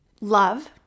love